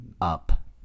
Up